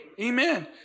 Amen